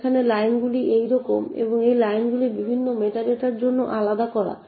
এখন এখানে লাইনগুলো এই রকম এবং এই লাইনগুলো বিভিন্ন মেটা ডেটার জন্য আলাদা করা